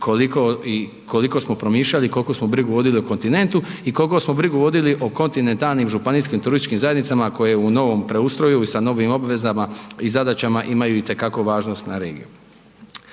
koliko smo promišljali, koliko smo brigu vodili o kontinentu i kolko smo brigu vodili o kontinentalnim županijskim turističkim zajednicama koje u novom preustroju i sa novim obvezama i zadaćama imaju itekako važnost na regiju.